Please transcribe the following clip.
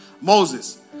Moses